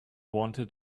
wanted